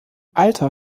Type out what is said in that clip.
alter